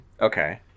Okay